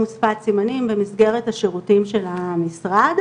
שפת סימנים במסגרת השירותים של המשרד.